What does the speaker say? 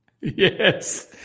Yes